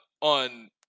on